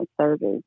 service